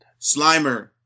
Slimer